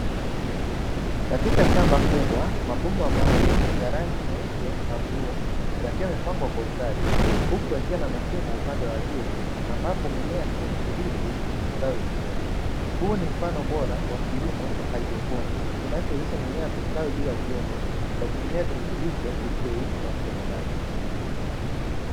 Katika shamba kubwa mabomba maalum ya rangi nyeupe na bluu yakiwa yamepangwa kwa ustadi huku yakiwa na mashimo upande wa juu ambapo mimea ya kijani kibichi imestawi vizuri. Huu ni mfano bora wa kilimo cha haidroponi kinachowezesha mimea kustawi bila udongo kwa kutumia virutubisho vilivyoyeyushwa kwenye maji.